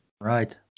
Right